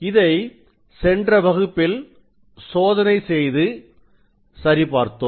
இதை சென்ற வகுப்பில் சோதனை செய்து விதியை சரி பார்த்தோம்